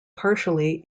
partially